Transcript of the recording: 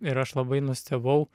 ir aš labai nustebau